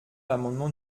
l’amendement